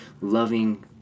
loving